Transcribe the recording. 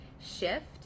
shift